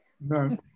No